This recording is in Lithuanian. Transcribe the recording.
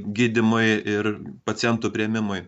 gydymui ir pacientų priėmimui